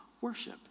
worship